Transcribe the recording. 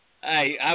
Hey